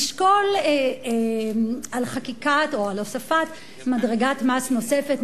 לשקול חקיקת או הוספת מדרגת מס נוספת,